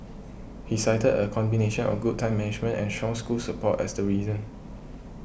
he cited a combination of good time management and strong school support as the reason